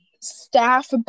staff